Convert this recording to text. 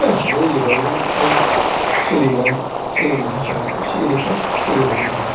गासिबो रोंजोबाबाबो फ्राय सोलिनो थाखाय एसे एनैखौ सोलोंनानै लायो